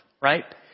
right